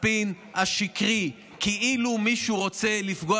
הספין השקרי כאילו מישהו רוצה לפגוע